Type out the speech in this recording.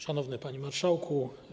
Szanowny Panie Marszałku!